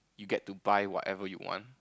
you get to buy whatever you want